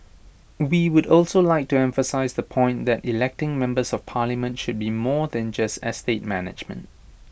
we would also like to emphasise the point that electing members of parliament should be more than just estate management